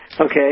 Okay